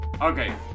Okay